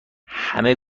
همه